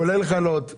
כולל חלות,